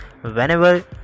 Whenever